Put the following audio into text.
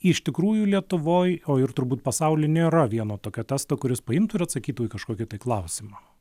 iš tikrųjų lietuvoj o ir turbūt pasauly nėra vieno tokio testo kuris paimtų ir atsakytų į kažkokį tai klausimą